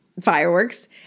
fireworks